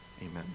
amen